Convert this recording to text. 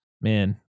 man